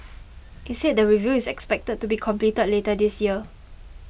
it said the review is expected to be completed later this year